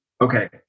Okay